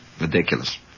Ridiculous